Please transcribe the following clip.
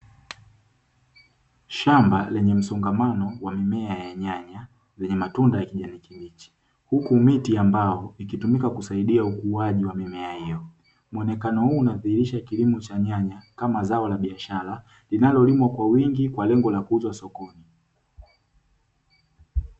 Shamba lenye msongamano wa mimea ya nyanya yenye matunda ya kijani kibichi huku miti ya mbao ikitumika kusaidia ukuaji wa mimea hiyo. Muonekano huu unadhihirisha kilimo cha nyanya kama zao la biashara linalolimwa kwa wingi kwa lengo la kuuzwa sokoni.